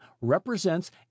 represents